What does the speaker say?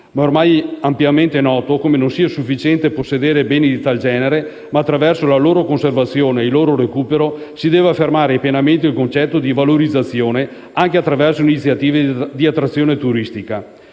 ormai ampiamente noto come non sia sufficiente possedere beni di tal genere; attraverso la loro conservazione ed il loro recupero si deve affermare pienamente il concetto di valorizzazione, anche attraverso iniziative di attrazione turistica.